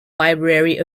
library